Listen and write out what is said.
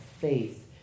faith